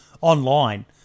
online